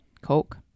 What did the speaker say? Coke